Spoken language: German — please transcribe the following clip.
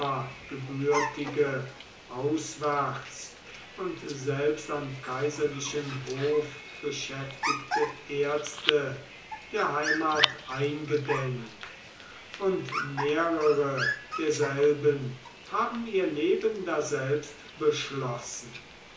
auswärts und selbst am kaiserlichen hof beschäftigte ärzte der heimat eingedenk und mehrere derselben haben ihr leben daselbst beschlossen